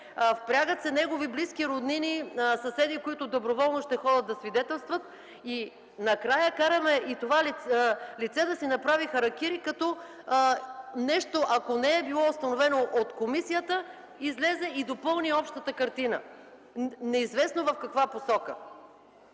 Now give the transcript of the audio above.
Впрягат се негови близки, роднини, съседи, които доброволно ще ходят да свидетелстват. Накрая караме лицето само да си направи харакири – ако нещо не е било установено от комисията, да излезе и допълни общата картина неизвестно в каква посока.